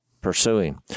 pursuing